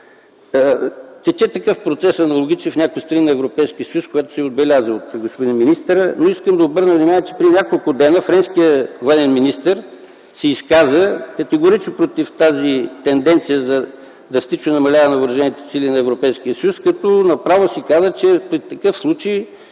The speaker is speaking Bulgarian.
Тече такъв аналогичен процес в някои страни на Европейския съюз, което се отбелязва от господин министъра. Но искам да обърна внимание, че преди няколко дни френският военен министър се изказа категорично против тенденцията за драстично намаляване на въоръжените сили на Европейския съюз, като направо си каза, че в този случай